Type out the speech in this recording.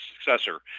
successor